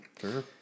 Sure